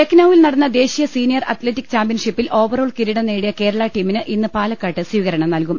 ലക്നൌവിൽ നടന്ന ദേശീയ സീനിയർ അത്ലറ്റിക് ചാമ്പ്യൻഷിപ്പിൽ ഓവറോൾ കിരീടം നേടിയ കേരള ടീമിന് ഇന്ന് പാലക്കാട്ട് സ്വീകരണം നൽകും